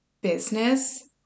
business